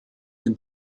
den